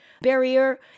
barrier